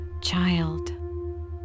child